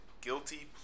guilty